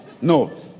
No